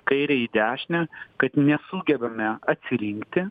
kairę į dešinę kad nesugebame atsirinkti